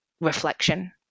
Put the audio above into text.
reflection